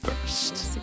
first